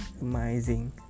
amazing